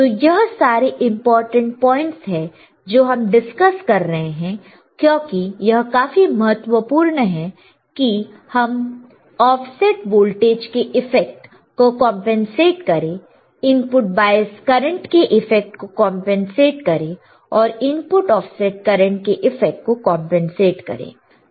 तो यह सारे इंपॉर्टेंट पॉइंट्स है जो हम डिस्कस कर रहे हैं क्योंकि यह काफी महत्वपूर्ण है कि हम ऑफसेट वोल्टेज के इफेक्ट को कंपनसेट करें इनपुट बायस करंट के इफेक्ट को कंपनसेट करें और इनपुट ऑफसेट करंट के इफेक्ट को कंपनसेट करें